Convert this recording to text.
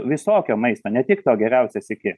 visokio maisto ne tik to geriausias iki